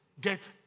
get